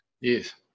Yes